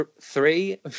three